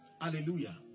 Hallelujah